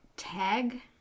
Tag